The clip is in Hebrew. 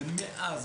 ומאז,